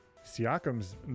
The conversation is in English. Siakam's